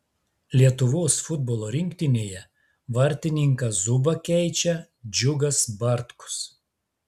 lietuvos futbolo rinktinėje vartininką zubą keičia džiugas bartkus